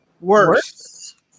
worse